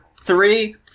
three